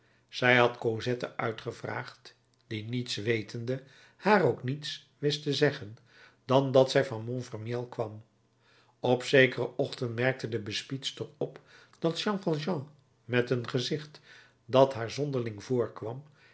zij had cosette uitgevraagd die niets wetende haar ook niets wist te zeggen dan dat zij van montfermeil kwam op zekeren ochtend merkte de bespiedster op dat jean valjean met een gezicht dat haar zonderling voorkwam